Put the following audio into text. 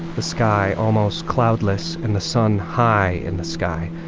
the sky almost cloudless and the sun high in the sky.